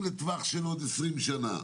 לצורך ניהול